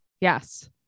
Yes